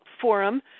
forum